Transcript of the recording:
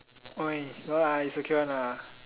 oh no lah is okay one lah